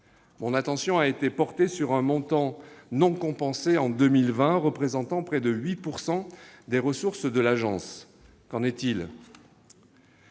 Mon attention a été portée sur un montant non compensé en 2020, représentant près de 8 % des ressources de l'Agence. Qu'en est-il ?